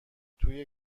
توی